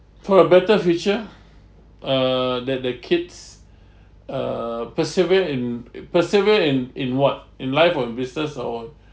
for a better future uh that the kids uh persevere in it persevere in in what in life or business or